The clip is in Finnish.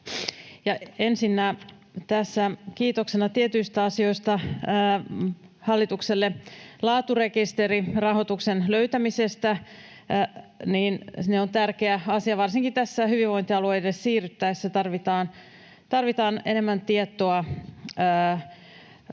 hallitukselle tietyistä asioista: Laaturekisterirahoituksen löytäminen: Se on tärkeä asia, varsinkin kun tässä hyvinvointialueille siirryttäessä tarvitaan enemmän tietoa